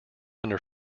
under